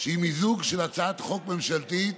שהיא מיזוג של הצעת חוק ממשלתית